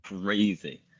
crazy